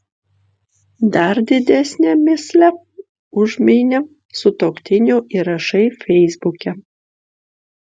dar didesnę mįslę užminė sutuoktinių įrašai feisbuke